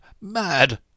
Mad